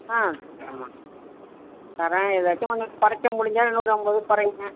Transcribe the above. ஆ தரேன்ம்மா தரேன் ஏதாச்சும் கொஞ்சம் குறைக்க முடிஞ்சா நூறு ஐம்பது குறைங்க